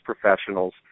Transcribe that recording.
professionals